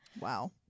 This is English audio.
Wow